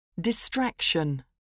Distraction